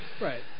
Right